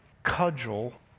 cudgel